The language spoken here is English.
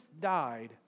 died